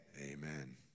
amen